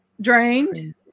drained